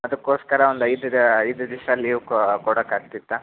ಅದಕ್ಕೋಸ್ಕರ ಒಂದು ಐದು ರ ಐದು ದಿವಸ ಲೀವ್ ಕೊಡೋಕ್ಕಾಗ್ತಿತ್ತಾ